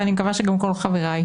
ואני מקווה שגם כל חבריי,